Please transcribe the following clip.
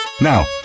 now